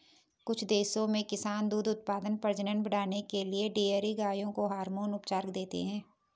कुछ देशों में किसान दूध उत्पादन, प्रजनन बढ़ाने के लिए डेयरी गायों को हार्मोन उपचार देते हैं